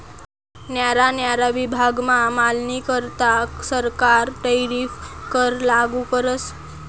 न्यारा न्यारा विभागमा मालनीकरता सरकार टैरीफ कर लागू करस